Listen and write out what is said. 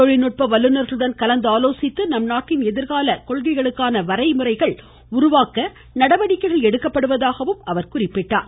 தொழில்நுட்ப வல்லுநர்களுடன் கலந்து ஆலோசித்து நம்நாட்டின் எதிர்கால கொள்கைகளுக்கான வரைபடங்கள் உருவாக்க நடவடிக்கைகள் எடுக்கப்படுவதாக கூறினார்